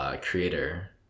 Creator